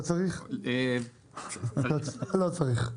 לא צריך.